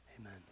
Amen